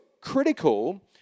critical